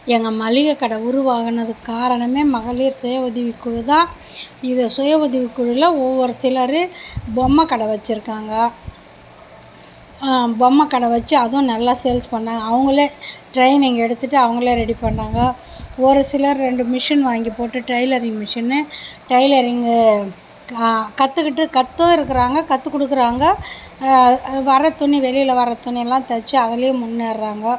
எங்கள் மளிகை கடை உருவானதுக்கு காரணமே மகளிர் சுய உதவிக் குழுதான் இது சுய உதவிக்குழுவில் ஒவ்வொரு சிலர் பொம்மை கடை வெச்சுருக்காங்க பொம்மை கடை வெச்சு அதுவும் நல்லா சேல்ஸ் பண்ணி அவங்களே ட்ரைனிங் எடுத்துட்டு அவங்களே ரெடி பண்ணாங்க ஒரு சிலர் ரெண்டு மிஷின் வாங்கி போட்டு டெய்லரிங் மிஷினு டெய்லரிங்கு கற்றுக்கிட்டு கத்தும் இருக்கிறாங்க கற்று கொடுக்குறாங்க வர துணி வெளியில் வர துணியல்லாம் தைச்சி அதுலேயும் முன்னேறுறாங்க